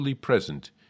present